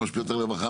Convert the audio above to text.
משפיעות על רווחה,